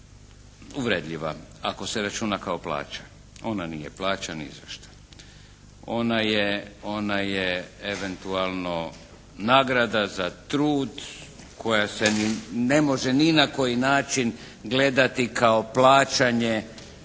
uvredljiva, ako se računa kao plaća. Ona nije plaća nizašta. Ona je eventualno nagrada za trud koja se ne može ni na koji način gledati kao plaćanje